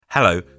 Hello